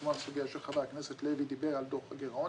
כמו הסוגיה שחבר הכנסת לוי דיבר על דוח הגרעון.